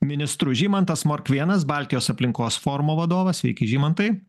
ministru žymantas morkvėnas baltijos aplinkos forumo vadovas sveiki žymantai